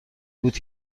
بود